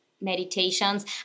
meditations